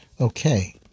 Okay